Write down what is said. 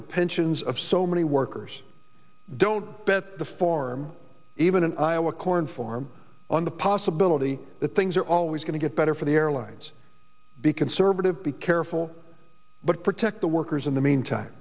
the pensions of so many workers don't bet the farm even in iowa corn farm on the possibility that things are always going to get better for the airline be conservative be careful but protect the workers in the meantime